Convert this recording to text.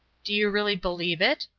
do you really believe it?